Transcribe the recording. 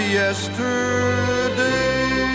yesterday